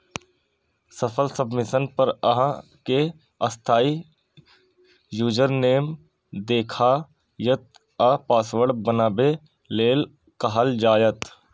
सफल सबमिशन पर अहां कें अस्थायी यूजरनेम देखायत आ पासवर्ड बनबै लेल कहल जायत